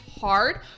hard